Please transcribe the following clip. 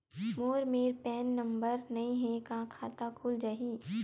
मोर मेर PAN number नई हे का खाता खुल जाही?